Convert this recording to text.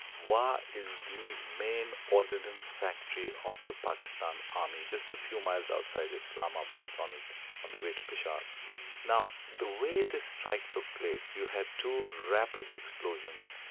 wah is the main ordinance factory of the pakistan army, just a few miles outside islamabad on and on the way to peshawar. now the way the strike took place, you had two rapid explosions,